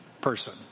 person